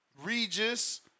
Regis